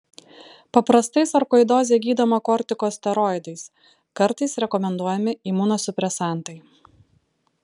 paprastai sarkoidozė gydoma kortikosteroidais kartais rekomenduojami imunosupresantai